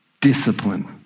Discipline